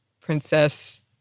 princess